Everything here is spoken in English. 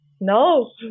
No